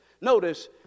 Notice